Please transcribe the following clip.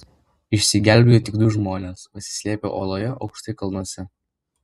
išsigelbėjo tik du žmonės pasislėpę oloje aukštai kalnuose